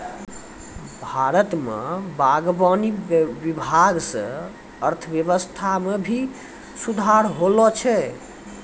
भारत मे बागवानी विभाग से अर्थव्यबस्था मे भी सुधार होलो छै